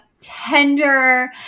tender